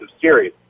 series